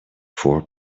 four